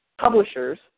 publishers